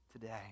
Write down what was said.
today